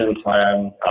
Plan